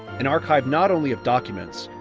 an archive not only of documents,